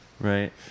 Right